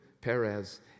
Perez